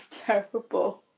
terrible